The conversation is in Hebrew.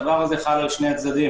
הדבר הזה חל על שני הצדדים,